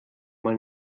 mal